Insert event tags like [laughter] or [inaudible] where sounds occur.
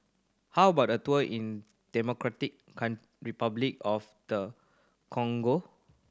how about a tour in Democratic [unintelligible] Republic of the Congo